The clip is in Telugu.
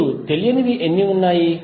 ఇప్పుడు తెలియనివి ఎన్ని ఉన్నాయి